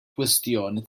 kwestjoni